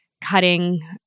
cutting